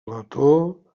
letó